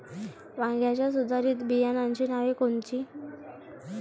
वांग्याच्या सुधारित बियाणांची नावे कोनची?